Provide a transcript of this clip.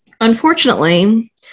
Unfortunately